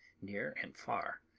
near and far,